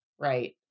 right